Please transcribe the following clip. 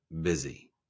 busy